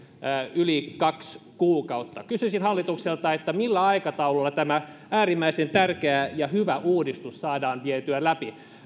yli kaksi kuukautta kysyisin hallitukselta millä aikataululla tämä äärimmäisen tärkeä ja hyvä uudistus saadaan vietyä läpi